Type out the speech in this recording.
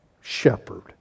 shepherd